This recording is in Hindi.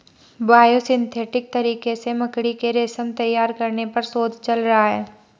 बायोसिंथेटिक तरीके से मकड़ी के रेशम तैयार करने पर शोध चल रहा है